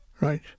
Right